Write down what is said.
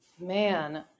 Man